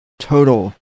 total